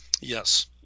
Yes